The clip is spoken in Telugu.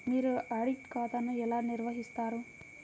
మీరు ఆడిట్ ఖాతాను ఎలా నిర్వహిస్తారు?